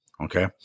Okay